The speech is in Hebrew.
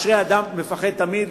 "אשרי אדם מפחד תמיד",